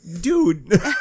dude